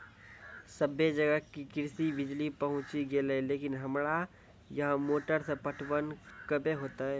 सबे जगह कृषि बिज़ली पहुंची गेलै लेकिन हमरा यहाँ मोटर से पटवन कबे होतय?